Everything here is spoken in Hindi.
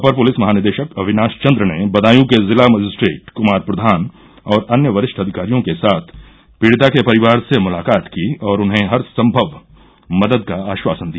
अपर पुलिस महानिदेशक अविनाश चन्द्र ने बदायूं के जिला मजिस्ट्रेट कुमार प्रधान और अन्य वरिष्ठ अधिकारियों के साथ पीड़िता के परिवार से मुलाकात की और उन्हें हरसंभव मदद का आश्वासन दिया